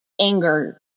anger